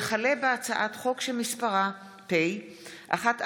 הצעת חוק המועצה להשכלה גבוהה (תיקון,